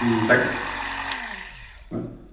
তাকে হয়